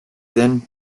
then